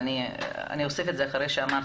אבל אני אוסיף את זה אחרי שאמרת: